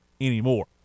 anymore